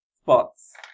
Spots